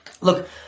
Look